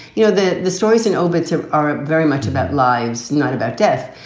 you know, the the stories in obits are are very much about lives, not about death.